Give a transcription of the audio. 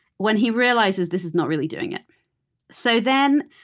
when he realizes this is not really doing it so then,